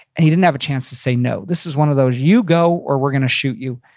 and he didn't have a chance to say no. this was one of those, you go or we're gonna shoot you.